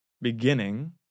Beginning